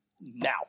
now